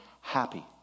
happy